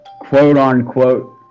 quote-unquote